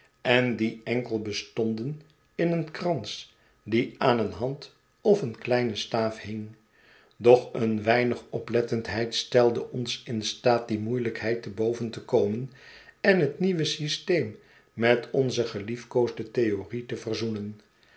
en die enkel bestonden in een krans die aan een hand of een kleinen staaf hing doch een weinig oplettendheid stelde ons in staat die moeielijkheid te boven te komen en het nieuwe systeem met onze geliefkoosde theorie te verzoenen